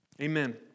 Amen